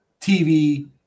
TV